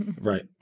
Right